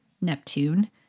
Neptune